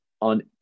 on